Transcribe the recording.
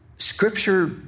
Scripture